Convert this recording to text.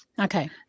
Okay